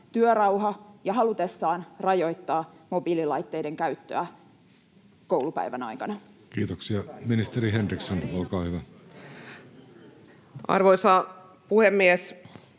työrauhan ja halutessaan rajoittaa mobiililaitteiden käyttöä koulupäivän aikana? Kiitoksia. — Ministeri Henriksson, olkaa hyvä. Arvoisa puhemies!